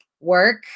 work